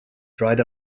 dried